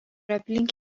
aplink